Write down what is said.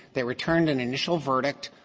they returned an initial verdict